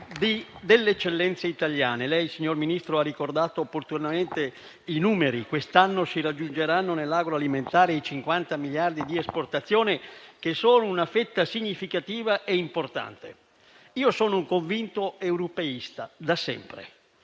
delle eccellenze italiane. Lei, signor Ministro, ha ricordato opportunamente i numeri: quest'anno si raggiungeranno nell'agroalimentare i 50 miliardi di esportazioni, che sono una fetta significativa e importante. Io sono un convinto europeista, da sempre,